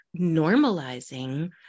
normalizing